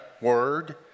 word